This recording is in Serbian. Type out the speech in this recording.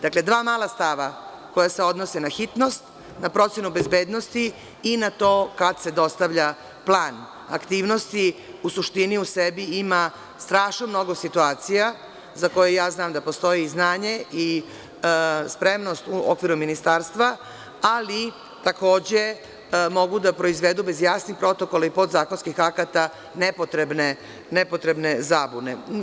Dakle, dva mala stava, koja se odnose na hitnost, na procenu bezbednosti i na to kad se dostavlja plan aktivnosti u suštini u sebi ima strašno mnogo situacija za koje ja znam da postoje i znanje i spremnost u okviru Ministarstva, ali takođe mogu da proizvedu, bez jasnih protokola i podzakonskih akata nepotrebne zabune.